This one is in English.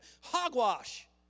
Hogwash